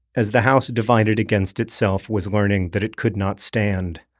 as the house divided against itself was learning that it could not stand,